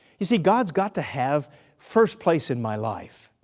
you see god's got to have first place in my life,